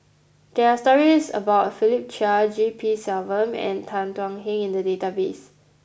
there are stories about Philip Chia G P Selvam and Tan Thuan Heng in the database